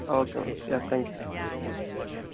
okay madam yeah thank you